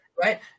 Right